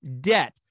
debt